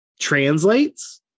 translates